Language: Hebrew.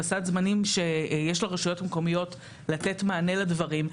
בסד זמנים שיש לרשויות המקומיות לתת מענה לדברים.